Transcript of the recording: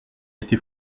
été